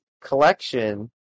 collection